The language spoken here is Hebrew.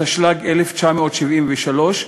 התשל"ג 1973,